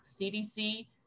CDC